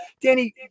Danny